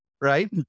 right